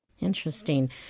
Interesting